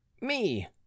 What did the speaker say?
Me